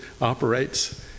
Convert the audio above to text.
operates